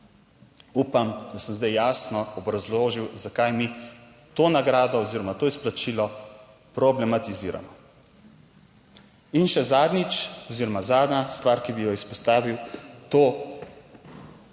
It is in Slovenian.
Upam, da sem zdaj jasno obrazložil, zakaj mi to nagrado oziroma to izplačilo problematiziramo. In še zadnjič, oziroma zadnja stvar, ki bi jo izpostavil, to